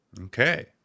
okay